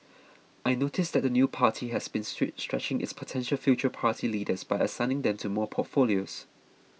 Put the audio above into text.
I noticed that the new party has been stretch stretching its potential future party leaders by assigning them to more portfolios